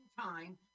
time